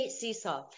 Seesaw